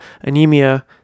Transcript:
anemia